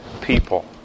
people